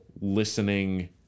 listening